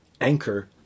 anchor